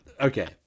okay